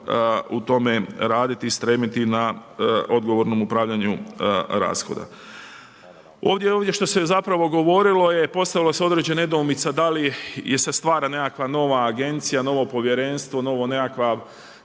u tome raditi, stremiti na odgovornom upravljanju rashoda. Ovdje što se zapravo govorilo, postavila se određena nedoumica da li se stvara nekakva nova agencija, novo povjerenstvo, novi nekakav